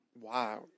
Wow